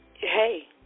Hey